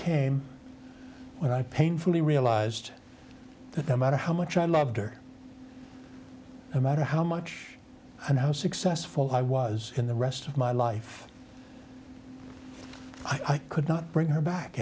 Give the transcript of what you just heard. came when i painfully realized that no matter how much i loved her no matter how much and how successful i was in the rest of my life i could not bring her back